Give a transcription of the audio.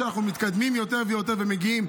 כשאנחנו מתקדמים יותר ויותר ומגיעים,